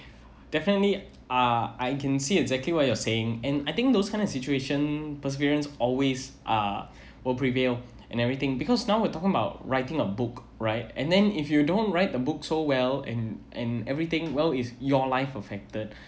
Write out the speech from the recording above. definitely uh I can see exactly what you're saying and I think those kind of situation perseverance always uh will prevail and everything because now we're talking about writing a book right and then if you don't write a book so well and and everything well is your life affected